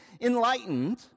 enlightened